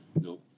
No